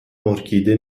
ارکیده